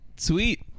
sweet